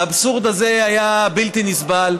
האבסורד הזה היה בלתי נסבל.